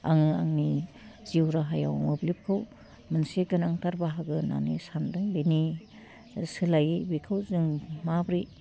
आङो आंनि जिउ राहायाव मोब्लिबखौ मोनसे गोनांथार बाहागो होन्नानै सानदों बेनि सोलायै बेखौ जों माब्रै